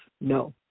No